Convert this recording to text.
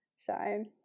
shine